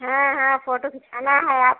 हाँ हाँ फोटो खिचाना है आपके